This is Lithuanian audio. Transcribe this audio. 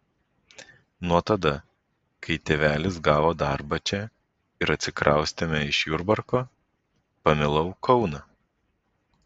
nuo tada kai tėvelis gavo darbą čia ir atsikraustėme iš jurbarko pamilau kauną